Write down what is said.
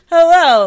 Hello